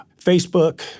Facebook